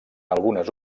algunes